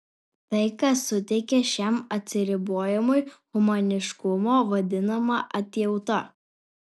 tai kas suteikia šiam atsiribojimui humaniškumo vadinama atjauta